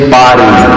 body